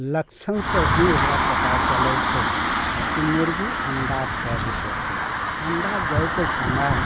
लक्षण से ही ओकरा पता चलै छै कि मुर्गी अण्डा कब देतै अण्डा दैके समय